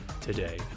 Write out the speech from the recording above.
today